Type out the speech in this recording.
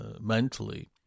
mentally